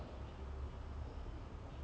so it's like a full circle like